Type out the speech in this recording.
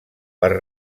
per